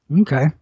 okay